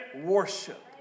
worship